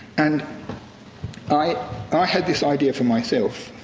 and i had this idea for myself.